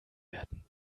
werden